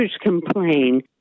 complain